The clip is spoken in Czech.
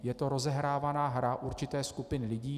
Je to rozehrávaná hra určité skupiny lidí.